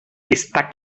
está